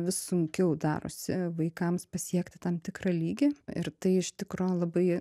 vis sunkiau darosi vaikams pasiekti tam tikrą lygį ir tai iš tikro labai